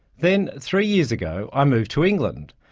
then, three years ago, i moved to england,